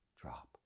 drop